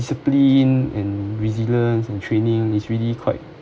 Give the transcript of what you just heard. discipline and resilience and training is really quite